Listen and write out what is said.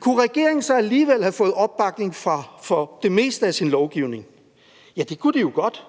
Kunne regeringen så alligevel have fået opbakning til det meste af sin lovgivning? Ja, det kunne de jo godt.